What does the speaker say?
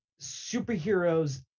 superheroes